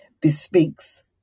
bespeaks